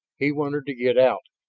he wanted to get out,